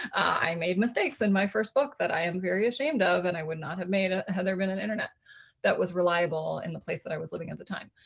i made mistakes in my first book that i am very ashamed of that and i would not have made ah had there been an internet that was reliable in the place that i was living at the time.